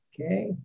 Okay